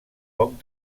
poc